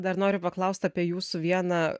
dar noriu paklaust apie jūsų vieną